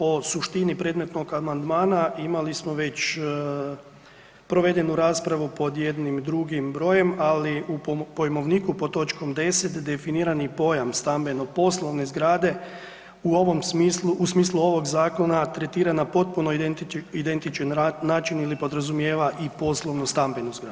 O suštini predmetnog amandmana imali smo već provedenu raspravu pod jednim drugim brojem, ali u pojmovniku pod točkom 10 definirani pojam stambeno poslovne zgrade u ovom smislu, u smislu ovog zakona tretirana na potpuno identičan način ili podrazumijeva i poslovno stambenu zgradu.